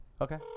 Okay